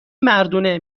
مردونه